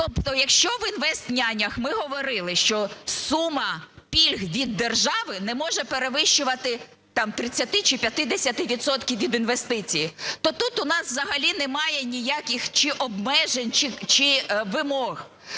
Тобто якщо в "інвестнянях" ми говорили, що сума пільг від держави не може перевищувати там 30 чи 50 відсотків від інвестицій, то тут у нас взагалі немає ніяких чи обмежень чи вимог.